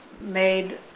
made